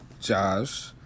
Josh